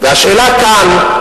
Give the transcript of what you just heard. השאלה כאן,